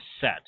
set